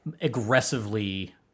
aggressively